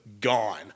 gone